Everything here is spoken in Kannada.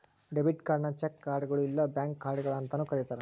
ಡೆಬಿಟ್ ಕಾರ್ಡ್ನ ಚೆಕ್ ಕಾರ್ಡ್ಗಳು ಇಲ್ಲಾ ಬ್ಯಾಂಕ್ ಕಾರ್ಡ್ಗಳ ಅಂತಾನೂ ಕರಿತಾರ